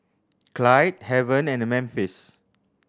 Clyde Haven and Memphis